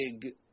big